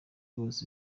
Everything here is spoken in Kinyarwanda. bose